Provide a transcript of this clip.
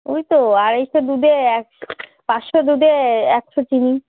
ওই তো আড়াইশো দুধে একশো পাঁচশো দুধে একশো চিনি